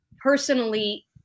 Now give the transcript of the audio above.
personally